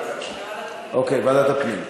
ועדת הפנים.